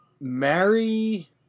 Marry